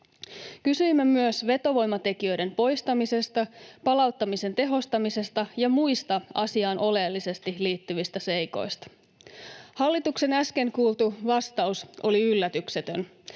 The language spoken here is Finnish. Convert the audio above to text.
Kysyimme myös vetovoimatekijöiden poistamisesta, palauttamisen tehostamisesta ja muista asiaan oleellisesti liittyvistä seikoista. Hallituksen äsken kuultu vastaus oli yllätyksetön.